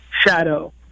shadow